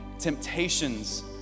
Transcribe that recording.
temptations